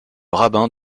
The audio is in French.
rabbin